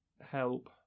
help